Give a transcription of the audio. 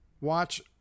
watch